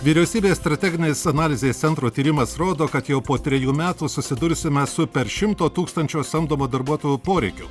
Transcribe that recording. vyriausybės strateginės analizės centro tyrimas rodo kad jau po trejų metų susidursime su per šimto tūkstančio samdomų darbuotojų poreikiu